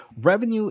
revenue